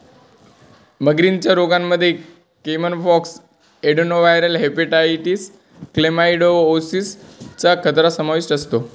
मगरींच्या रोगांमध्ये caiman pox, adenoviral hepatitis, chlamydiosis चा खतरा समाविष्ट असतो